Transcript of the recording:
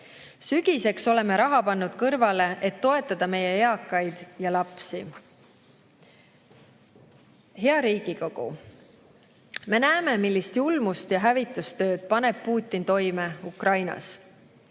sügiseks raha kõrvale pannud, et toetada meie eakaid ja lapsi. Hea Riigikogu! Me näeme, millist julmust ja hävitustööd paneb Putin toime Ukrainas,